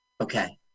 Okay